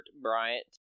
Bryant